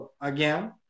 again